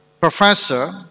professor